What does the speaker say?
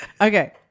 okay